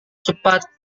cepat